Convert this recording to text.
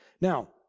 Now